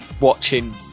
Watching